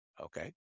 Okay